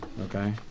Okay